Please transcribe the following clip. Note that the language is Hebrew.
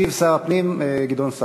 הוא אוהב את המקום הזה,